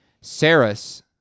Saris